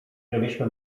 żebyśmy